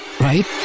right